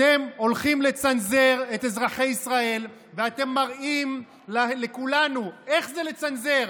אתם הולכים לצנזר את אזרחי ישראל ואתם מראים לכולנו איך זה לצנזר.